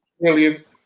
brilliant